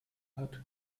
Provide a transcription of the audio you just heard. hat